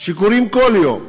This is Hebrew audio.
שקורים כל יום.